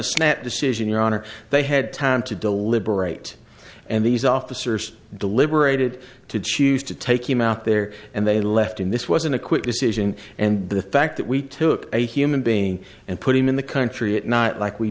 a snap decision your honor they had time to deliberate and these officers deliberated to choose to take him out there and they left in this wasn't a quick decision and the fact that we took a human being and put him in the country it's not like we